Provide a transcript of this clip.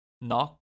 Knock